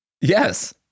Yes